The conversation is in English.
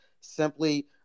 simply